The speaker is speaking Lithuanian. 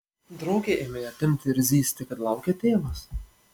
draugė ėmė ją tempti ir zyzti kad laukia tėvas